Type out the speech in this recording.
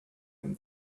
him